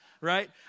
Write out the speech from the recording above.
right